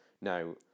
Now